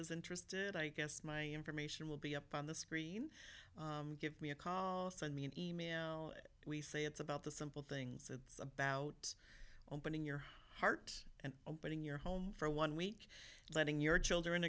is interested i guess my information will be up on the screen give me a call send me an e mail we say it's about the simple things it's about opening your heart and opening your home for one week letting your children